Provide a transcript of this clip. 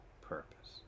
purpose